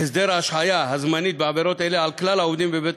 ההשעיה הזמנית בעבירות אלה על כלל העובדים בבית-הספר.